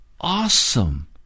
awesome